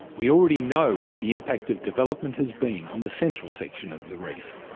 we already know what the impact of development has been on the central section of the reef,